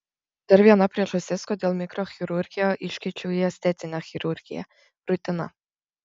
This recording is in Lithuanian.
dar viena priežastis kodėl mikrochirurgiją iškeičiau į estetinę chirurgiją rutina